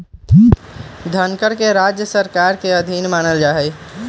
धनकर के राज्य सरकार के अधीन मानल जा हई